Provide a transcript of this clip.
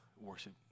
worship